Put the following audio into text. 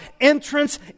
entrance